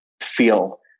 feel